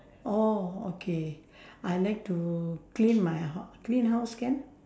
oh okay I like to clean my h~ clean house can